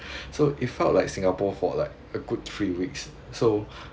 so it felt like singapore for like a good three weeks so